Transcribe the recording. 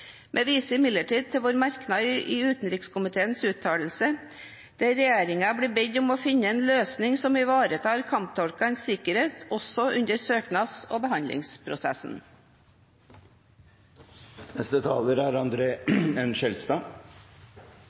Vi viser imidlertid til vår merknad i utenriks- og forsvarskomiteens uttalelse, der regjeringen blir bedt om å finne en løsning som ivaretar kamptolkenes sikkerhet også under søknads- og behandlingsprosessen. Det er gledelig at det er